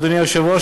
אדוני היושב-ראש,